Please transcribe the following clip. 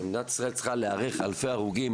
מדינת ישראל צריכה להיערך לאלפי הרוגים,